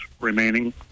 remaining